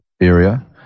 Area